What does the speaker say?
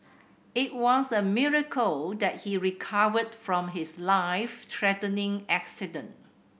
it was a miracle that he recovered from his life threatening accident